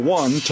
one